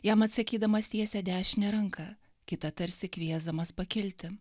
jam atsakydamas tiesia dešinę ranką kitą tarsi kviesdamas pakilti